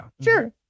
Sure